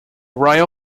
royal